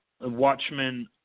Watchmen